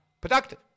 productive